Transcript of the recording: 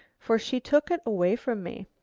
for she took it away from me.